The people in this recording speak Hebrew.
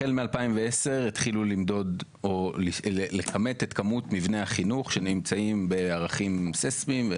החל מ-2010 התחילו לכמת את כמות מבני החינוך שנמצאים בערכים סיסמיים,